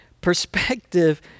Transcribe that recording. perspective